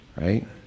Right